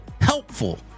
HELPFUL